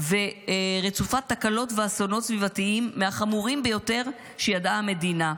ורצופה תקלות ואסונות סביבתיים מהחמורים ביותר שידעה המדינה,